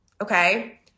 okay